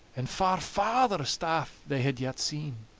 and far farthest aff, they had yet seen.